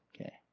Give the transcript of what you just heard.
Okay